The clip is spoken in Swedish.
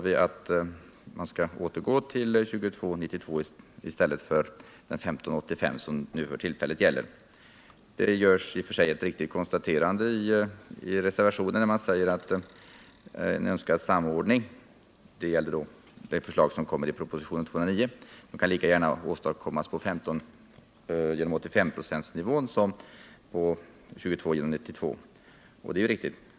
I det betänkande som nu behandlas föreslår civilutskottet att man skall återgå till 22 85 som det senaste beslutet innebär. I reservationen görs konstaterandet att en önskad samordning — här avses det förslag som finns i propositionen 209 — lika gärna kan åstadkommas på 15/85-procentsnivån, och det är riktigt.